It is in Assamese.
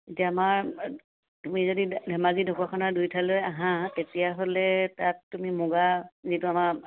এতিয়া আমাৰ তুমি যদি ধেমাজি ঢকুৱাখানা দুই ঠাইলৈ আঁহা তেতিয়াহ'লে তাত তুমি মুগা যিটো আমাৰ